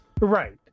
right